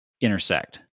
intersect